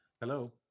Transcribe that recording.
Hello